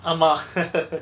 ஆமா:aama